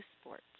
Sports